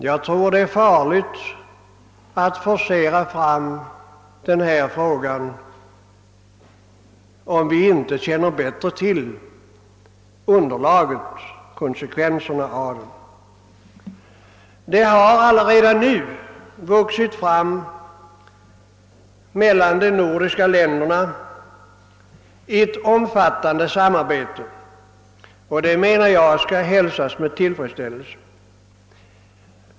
Jag tror det är farligt att forcera denna fråga om vi inte känner till konsekvenserna av åtgärderna. Det har redan nu vuxit fram ett omfattande samarbete mellan de nordiska länderna, och det, menar jag, skall hälsas med tillfredsställelse.